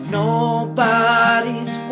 nobody's